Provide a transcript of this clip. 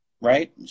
right